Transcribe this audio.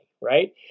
right